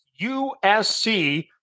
USC